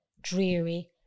dreary